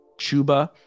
Chuba